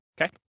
okay